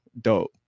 dope